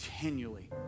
continually